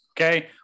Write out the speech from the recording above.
okay